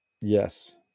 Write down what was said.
yes